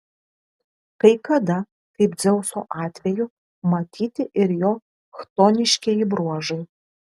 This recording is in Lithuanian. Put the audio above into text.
kai kada kaip dzeuso atveju matyti ir jo chtoniškieji bruožai